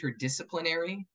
interdisciplinary